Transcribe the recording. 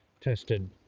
tested